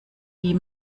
wie